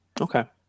Okay